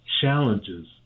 challenges